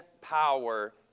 power